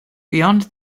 beyond